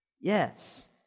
Yes